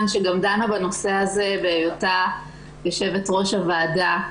שגם דנה בנושא הזה עת הייתה יושבת ראש הוועדה.